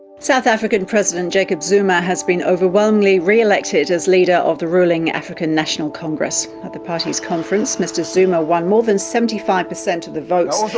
south african president jacob zuma has been overwhelmingly re-elected as leader of the ruling african national congress. the party's conference mr zuma won more than seventy five percent of the votes,